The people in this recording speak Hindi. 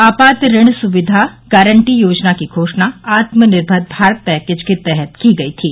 आपात ऋण सुविधा गारंटी योजना की घोषणा आत्मनिर्भर भारत पैकेज के तहत की गई थी